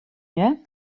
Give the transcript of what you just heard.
hear